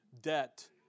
debt